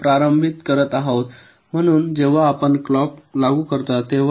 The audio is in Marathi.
सह प्रारंभ करीत आहोत म्हणून जेव्हा आपण क्लॉक लागू करता